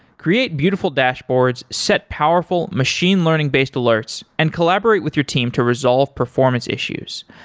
create beautiful dashboards, set powerful machine learning based alerts and collaborate with your team to resolve performance issues.